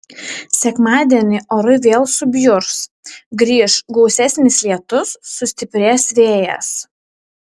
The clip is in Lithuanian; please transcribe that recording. sekmadienį orai vėl subjurs grįš gausesnis lietus sustiprės vėjas